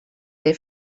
they